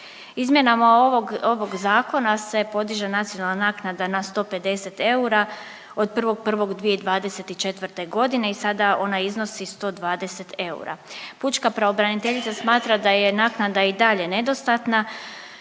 Izmjenama ovog Zakona se podiže nacionalna naknada na 150 eura, od 1.1.2024. g. i sada ona iznosi 120 eura. Pučka pravobraniteljica smatra da je naknada i dalje nedostatna,